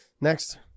Next